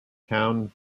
town